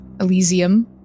Elysium